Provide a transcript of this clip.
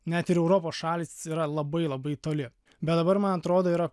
net ir europos šalys yra labai labai toli bet dabar man atrodo yra